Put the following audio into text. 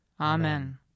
Amen